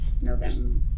November